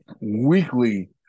weekly